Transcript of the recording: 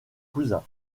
cousin